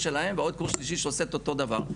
שלהם ועוד קורס שלישי שעושה את אותו דבר,